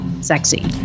sexy